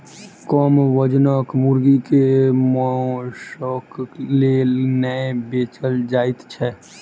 कम वजनक मुर्गी के मौंसक लेल नै बेचल जाइत छै